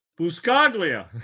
Buscaglia